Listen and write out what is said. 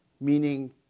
meaning